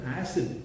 acid